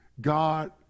God